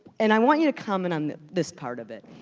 and i want you to comment on this part of it.